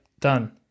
done